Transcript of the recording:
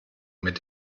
mit